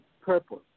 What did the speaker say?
purpose